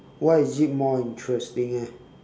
why is it more interesting eh